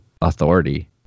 authority